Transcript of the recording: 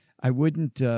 i wouldn't, ah,